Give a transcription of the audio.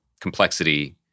complexity